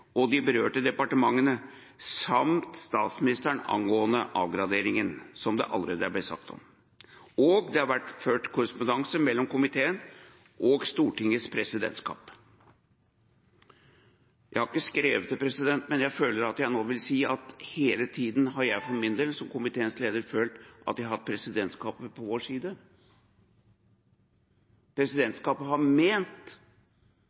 og de berørte departementene samt statsministeren angående avgradering, som det allerede har vært sagt. Og det har vært ført korrespondanse mellom komiteen og Stortingets presidentskap. Jeg har ikke skrevet det, president, men jeg føler jeg nå vil si at hele tiden har jeg for min del som komiteens leder følt at vi har hatt presidentskapet på vår side.